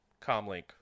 comlink